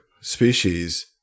species